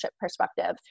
perspective